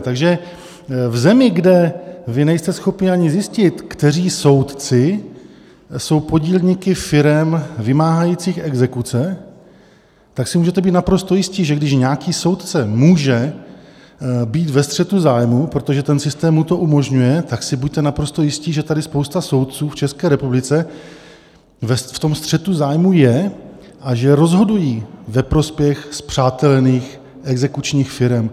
Takže v zemi, kde vy ani nejste schopni zjistit, kteří soudci jsou podílníky firem vymáhajících exekuce, tak si můžete být naprosto jisti, že když nějaký soudce může být ve střetu zájmů, protože ten systém mu to umožňuje, tak si buďte naprosto jisti, že tady spousta soudců v České republice v tom střetu zájmů je a že rozhodují ve prospěch spřátelených exekučních firem.